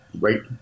right